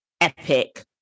epic